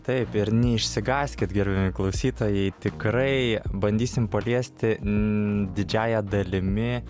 taip ir neišsigąskit gerbiami klausytojai tikrai bandysim paliesti n didžiąja dalimi